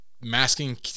masking